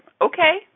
okay